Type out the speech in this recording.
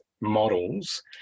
models